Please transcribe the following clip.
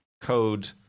code